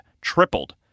tripled